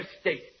State